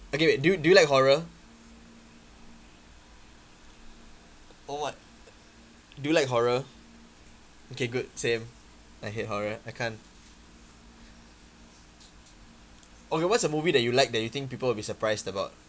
okay wait do you do you like horror oh what do you like horror okay good same I hate horror I can't okay what's a movie that you like that you think people will be surprised about